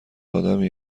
آدمی